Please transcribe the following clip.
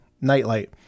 nightlight